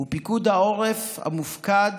פיקוד העורף מופקד